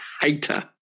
hater